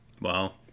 Wow